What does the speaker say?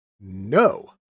No